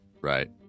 right